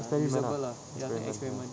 experiment ah experiment ya